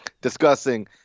discussing